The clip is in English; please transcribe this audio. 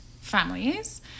families